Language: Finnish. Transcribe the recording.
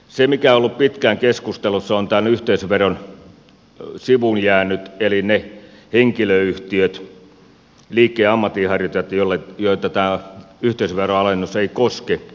se mikä on ollut pitkään keskustelussa on tämän yhteisöveron sivuun jäänyt eli ne henkilöyhtiöt liikkeen ja ammatinharjoittajat joita tämä yhteisöveroalennus ei koske